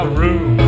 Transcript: room